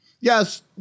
Yes